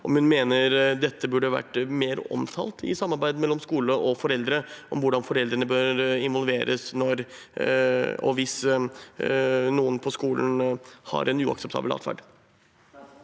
hun at dette burde ha vært mer omtalt i samarbeidet mellom skole og foreldre, dette med hvordan foreldrene bør involveres når og hvis noen på skolen har en uakseptabel atferd?